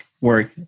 work